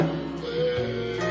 away